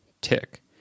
Tick